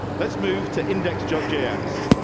let's move to index joe js